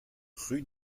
rue